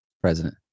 president